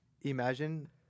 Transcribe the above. imagine